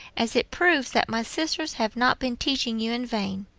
as it proves that my sisters have not been teaching you in vain.